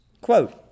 Quote